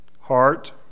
heart